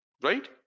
right